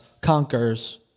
conquers